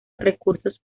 recursos